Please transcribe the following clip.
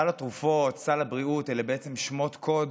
סל התרופות, סל הבריאות, אלה בעצם שמות קוד